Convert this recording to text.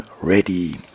ready